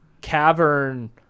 cavern